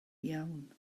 iawn